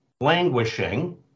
languishing